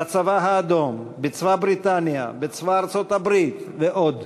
בצבא האדום, בצבא בריטניה, בצבא ארצות-הברית ועוד.